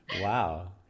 Wow